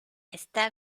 está